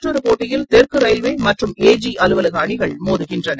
மற்றொரு போட்டியில் தெற்கு ரயில்வே மற்றும் ஏஜி அலுவலக அணிகள் மோதுகின்றன